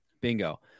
Bingo